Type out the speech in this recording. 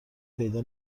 پیدا